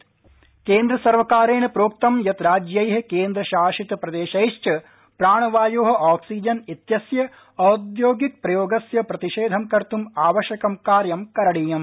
कडि क्सीजन केन्द्र सर्वकारेण प्रोक्त यत् राज्यैः केन्द्रशासित प्रदेशैश्च प्राणवायोः आक्सीजन इत्यस्य औद्योगिक प्रयोगस्य प्रतिषेधं कर्त् आवश्यकं कार्य करणीयम्